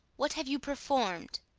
what have you perform'd?